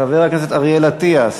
חבר הכנסת אריאל אטיאס?